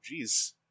Jeez